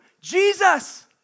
Jesus